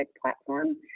platform